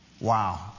Wow